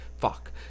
fuck